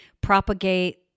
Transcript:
propagate